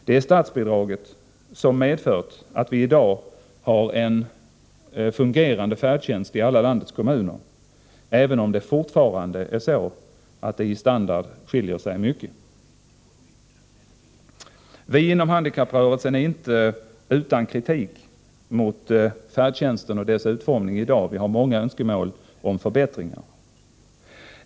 Det är statsbidraget som medfört att vi i dag har en fungerande färdtjänst i alla landets kommuner, även om det fortfarande är så att skillnaderna i standard är stora. Vi inom handikapprörelsen är inte utan kritik mot färdtjänsten och dess utformning i dag. Vi har många önskemål om förbättringar.